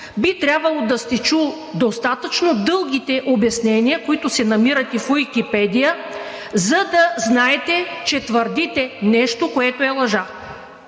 би трябвало да сте чули достатъчно дългите обяснения, които се намират и в Уикипедия, за да знаете, че твърдите нещо, което е лъжа.